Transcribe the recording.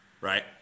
right